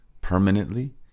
permanently